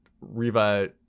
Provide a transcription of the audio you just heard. Reva